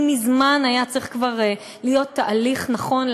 מזמן כבר היה צריך להיות תהליך נכון,